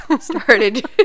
started